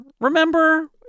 remember